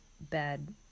bad